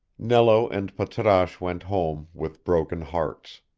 nello and patrasche went home with broken hearts.